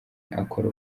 akora